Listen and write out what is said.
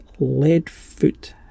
Leadfoot